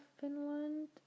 Finland